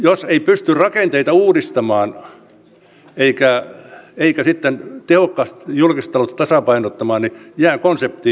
jos ei pysty rakenteita uudistamaan eikä sitten tehokkaasti julkista taloutta tasapainottamaan niin jää konsepti toteuttamatta